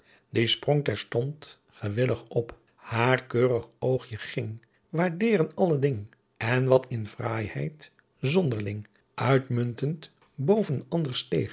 sprong terstont gewilligh op haar keurigh ooghjen ging waardeeren alle ding en wat in fraaiheidt zonderling uitmuntend boven ander